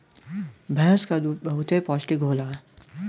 भैंस क दूध बहुते पौष्टिक होला